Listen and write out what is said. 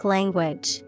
Language